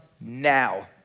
now